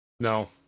No